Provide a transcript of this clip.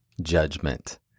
judgment